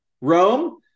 Rome